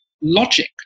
logic